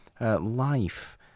life